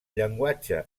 llenguatge